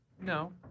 No